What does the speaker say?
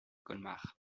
colmar